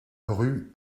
rue